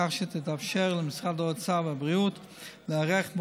כך שיתאפשר למשרדי האוצר והבריאות להיערך לכך